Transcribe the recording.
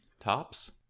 tops